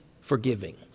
forgiving